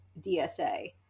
DSA